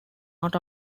not